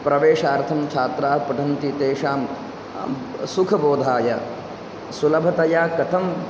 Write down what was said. प्रवेशार्थं छात्राः पठन्ति तेषां सुखबोधाय सुलभतया कथम्